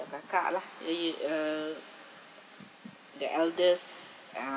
kakak lah with uh the eldest uh